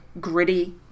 gritty